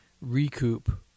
recoup